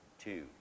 two